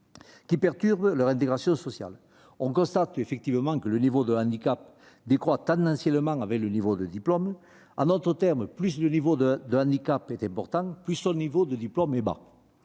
qui nuit à leur intégration sociale. On constate que le niveau de handicap décroît tendanciellement avec le niveau de diplôme. En d'autres termes, plus le handicap d'un individu est important, plus son niveau de diplôme est bas.